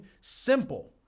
simple